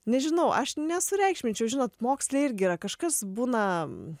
nežinau aš nesureikšminčiau žinot moksle irgi yra kažkas būna